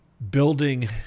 building